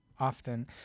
Often